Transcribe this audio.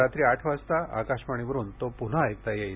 रात्री आठ वाजता आकाशवाणीवरुन तो पुन्हा ऐकता येईल